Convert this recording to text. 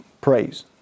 praise